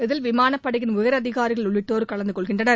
இதில் விமானப்படையின் உயரதிகாரிகள் உள்ளிட்டோர் கலந்து கொள்கின்றனர்